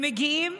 הם מגיעים